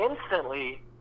instantly